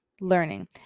learning